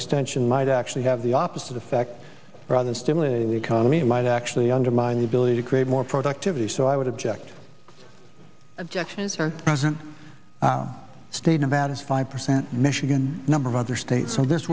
extension might actually have the opposite effect rather stimulating the economy might actually undermine the ability to create more productivity so i would object objections or present state about as five percent michigan number of other states so this